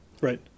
Right